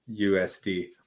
USD